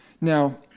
Now